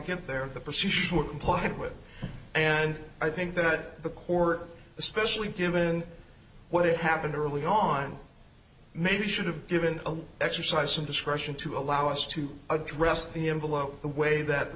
get there the position we're complied with and i think that the court especially given what happened early on maybe should have given exercise some discretion to allow us to address the envelope the way that the